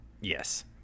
yes